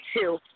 two